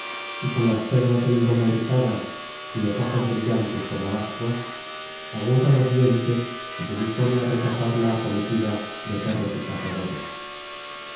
y con las cerdas del lomo erizadas y los ojos brillantes como ascuas aguza los dientes y se dispone á rechazar la acometida de perros y cazadores